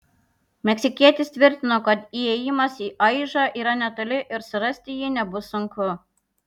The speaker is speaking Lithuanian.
meksikietis tvirtino kad įėjimas į aižą yra netoli ir surasti jį nebus sunku